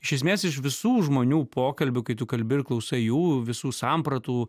iš esmės iš visų žmonių pokalbių kai tu kalbi ir klausai jų visų sampratų